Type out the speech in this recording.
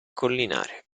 collinare